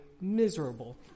miserable